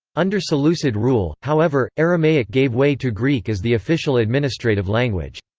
under seleucid rule, however, aramaic gave way to greek as the official administrative language.